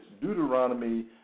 Deuteronomy